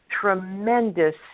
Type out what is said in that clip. tremendous